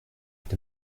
est